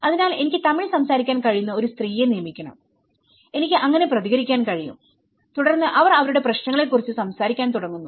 അതിനാൽ എനിക്ക് തമിഴ് സംസാരിക്കാൻ കഴിയുന്ന ഒരു സ്ത്രീയെ നിയമിക്കണം എനിക്ക് അങ്ങനെ പ്രതികരിക്കാൻ കഴിയും തുടർന്ന് അവർ അവരുടെ പ്രശ്നങ്ങളെക്കുറിച്ച് സംസാരിക്കാൻ തുടങ്ങുന്നു